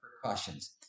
precautions